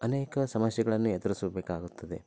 ಅನೇಕ ಸಮಸ್ಯೆಗಳನ್ನು ಎದುರಿಸಬೇಕಾಗುತ್ತದೆ